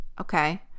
okay